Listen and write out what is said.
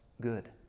good